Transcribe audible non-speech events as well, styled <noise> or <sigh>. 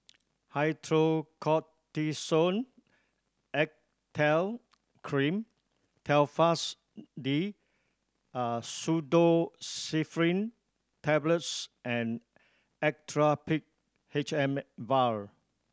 Hydrocortisone Acetate Cream Telfast D <unintelligible> Pseudoephrine Tablets and Actrapid H M Vial